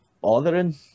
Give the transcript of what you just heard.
bothering